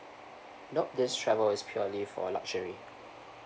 nope just travel is purely for luxury